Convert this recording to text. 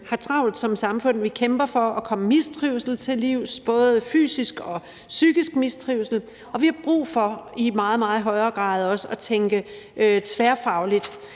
har travlt som samfund, hvor vi kæmper for at komme mistrivsel, både fysisk og psykisk mistrivsel, til livs, og hvor vi har brug for i meget, meget højere grad også at tænke tværfaglighed